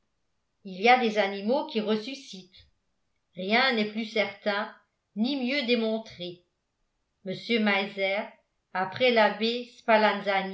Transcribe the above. il y a des animaux qui ressuscitent rien n'est plus certain ni mieux démontré mr meiser après l'abbé